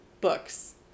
Books